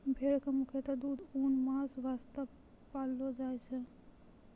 भेड़ कॅ मुख्यतः दूध, ऊन, मांस वास्तॅ पाललो जाय छै